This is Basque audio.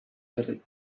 berri